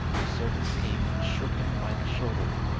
the servants came and shook him by the shoulder.